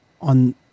on